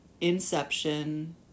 Inception